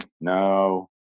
No